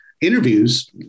interviews